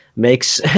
makes